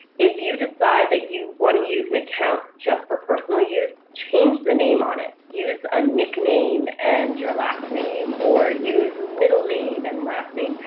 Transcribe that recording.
if you decide that you want to use an account just for personal use, change the name on it, use a nickname and your last name, or use middle name and last name,